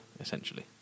essentially